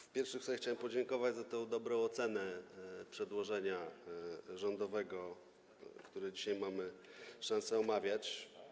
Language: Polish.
W pierwszych słowach chciałem podziękować za tę dobrą ocenę przedłożenia rządowego, które dzisiaj mamy szansę omawiać.